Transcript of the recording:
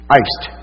iced